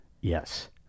Yes